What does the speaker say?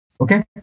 Okay